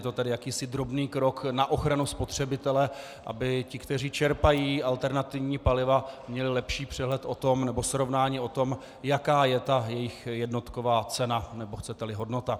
Je to tedy jakýsi drobný krok na ochranu spotřebitele, aby ti, kteří čerpají alternativní paliva, měli lepší přehled nebo srovnání o tom, jaká je ta jejich jednotková cena, nebo chceteli, hodnota.